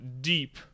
deep